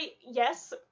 yes